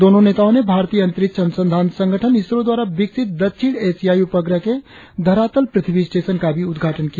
दोनो नेताओ ने भारतीय अंतरिक्ष अनुसंधान संगठन इसरो द्वारा विकसित दक्षिण ऐसियाई उपग्रह के धरातल पृथ्वी स्टेशन का भी उद्घाटन किया